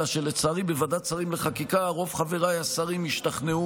אלא שלצערי בוועדת שרים לחקיקה רוב חבריי השרים השתכנעו